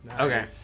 Okay